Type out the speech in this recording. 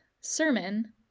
sermon